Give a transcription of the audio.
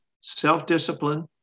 self-discipline